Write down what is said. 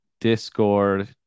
Discord